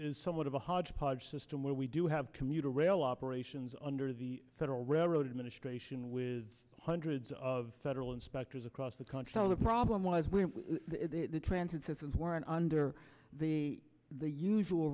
is somewhat of a hodgepodge system where we do have commuter rail operations under the federal railroad administration with hundreds of federal inspectors across the country all the problem was when the transit systems weren't under the the usual